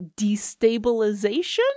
destabilization